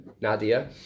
Nadia